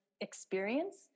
experience